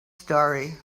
story